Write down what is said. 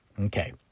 Okay